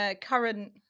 current